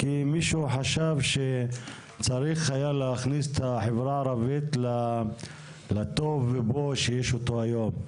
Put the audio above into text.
כי מישהו חשב שצריך היה להכניס את החברה הערבית לטוב בו שיש אותו היום ,